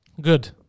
Good